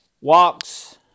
walks